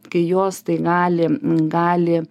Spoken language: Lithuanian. kai jos tai gali gali